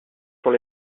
sont